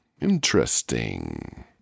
Interesting